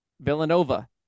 Villanova